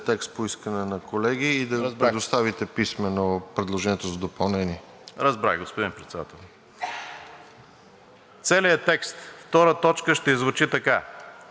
Целият текст на т. 2 ще звучи така: „Министерският съвет в кратък срок да организира подписването на споразумение за предоставяне на необходимото военно оборудване,